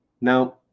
Now